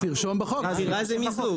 אז תרשום בחוק מה זה מיזוג.